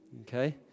okay